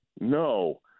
No